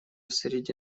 среди